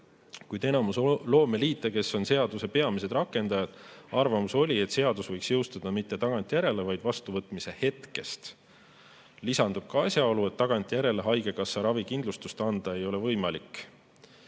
kuid enamiku loomeliitude ehk seaduse peamiste rakendajate arvamus oli, et seadus võiks jõustuda mitte tagantjärele, vaid vastuvõtmise hetkest. Lisandub ka asjaolu, et tagantjärele haigekassa ravikindlustust anda ei ole võimalik.